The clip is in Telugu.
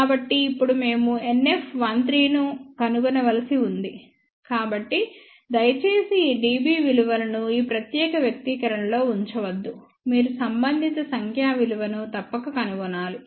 కాబట్టి ఇప్పుడు మేము NF13ను కనుగొనవలసి ఉంది కాబట్టి దయచేసి ఈ dB విలువలను ఈ ప్రత్యేక వ్యక్తీకరణలో ఉంచవద్దు మీరు సంబంధిత సంఖ్యా విలువను తప్పక కనుగొనాలి